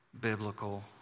biblical